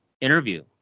interview